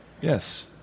Yes